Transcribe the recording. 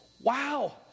Wow